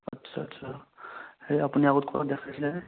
আচ্ছা আচ্ছা হেৰি আপুনি আগত ক'ৰবাত দেখাইছিলেনে